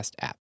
app